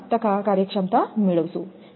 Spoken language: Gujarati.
5 કાર્યક્ષમતા મેળવશો